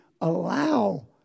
allow